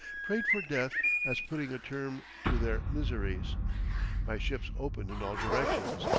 prayed for death as putting a term to their miseries my ships opened in all directions,